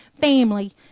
family